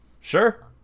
sure